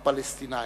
הפלסטינים.